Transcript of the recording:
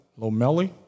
Lomeli